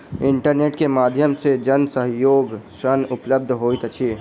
internet के माध्यम से जन सहयोग ऋण उपलब्ध होइत अछि